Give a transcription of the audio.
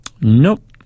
Nope